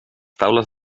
taules